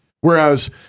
Whereas